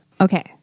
Okay